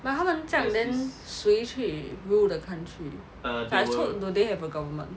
but 他们这样 then 谁去 rule the country ya so do they have a government